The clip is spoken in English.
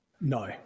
No